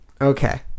Okay